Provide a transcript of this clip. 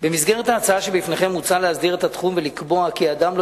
במסגרת ההצעה שבפניכם מוצע להסדיר את התחום ולקבוע כי אדם לא